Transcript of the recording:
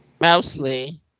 Mostly